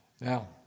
Now